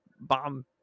bomb